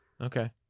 Okay